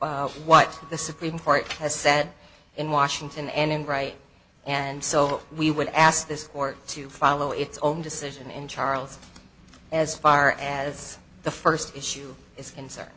what the supreme court has said in washington and right and so we would ask this court to follow its own decision in charles as far as the first issue is concerned